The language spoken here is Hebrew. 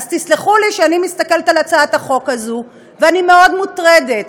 אז תסלחו לי שאני מתסכלת על הצעת החוק הזאת ואני מאוד מוטרדת.